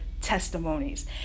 testimonies